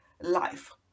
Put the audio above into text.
life